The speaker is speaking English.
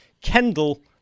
Kendall